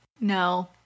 No